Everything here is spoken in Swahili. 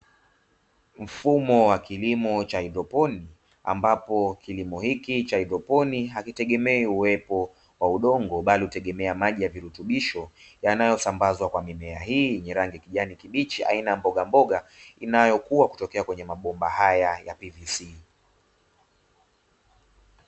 Mfumo wa kilimo cha haidroponi, ambapo kilimo hiki cha haidroponi hakitegemei uwepo wa udongo, bali hutegemea maji ya virutubisho yanayosambazwa kwa mimea hii yenye rangi kijani kibichi aina mbogamboga, inayokua kutokea kwenye mabomba haya ya ''PVC''.